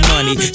Money